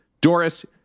Doris